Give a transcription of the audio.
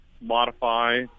modify